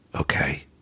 okay